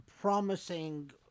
promising